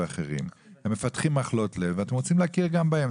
הם מפתחים מחלות לב ואתם רוצים להכיר גם בהם.